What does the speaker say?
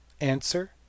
Answer